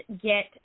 get